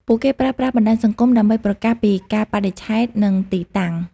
ពួកគេប្រើប្រាស់បណ្ដាញសង្គមដើម្បីប្រកាសពីកាលបរិច្ឆេទនិងទីតាំង។